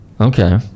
Okay